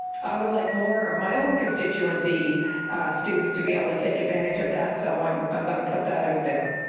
i would like more of my own constituency students to be able to take advantage of that so i'm i'm going to put that out there.